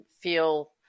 feel